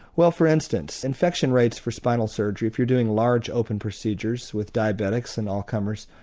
well for instance infection rates for spinal surgery, if you're doing large open procedures with diabetics and all comers,